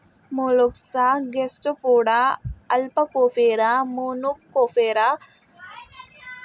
Mollusca Gastropoda, Aplacophora, Monoplacophora, Rostroconchia, इत्यादी प्रकारात विभागले गेले आहे